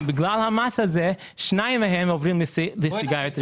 בגלל המס הזה שניים מהם עוברים לסיגריות רגילות.